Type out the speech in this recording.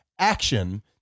action